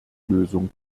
lösung